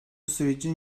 sürecin